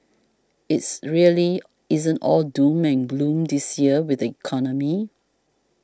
it's really isn't all doom and gloom this year with the economy